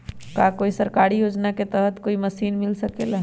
का कोई सरकारी योजना के तहत कोई मशीन मिल सकेला?